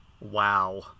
Wow